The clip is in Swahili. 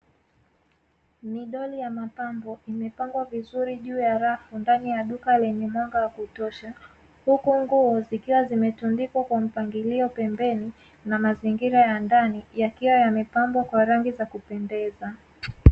Midoli ya mapambo imepambwa vizuri juu ya rafu ndani ya duka lenye mwanga wa kutosha, huku nguo zikiwa zimetundikwa kwa mpangilio pembeni na mazingira ya ndani ya mipango kwa rangi za kupendeza.